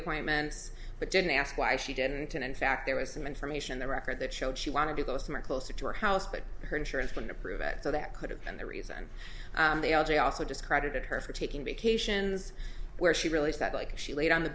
appointments but didn't ask why she didn't and in fact there was some information the record that showed she wanted to go somewhere closer to her house but her insurance fund approved it so that could have been the reason they all j also discredited her for taking vacations where she really felt like she laid on the